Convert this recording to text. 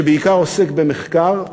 שבעיקר עוסק במחקר,